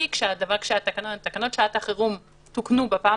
כי כשתקנות שעת החירום תוקנו בפעם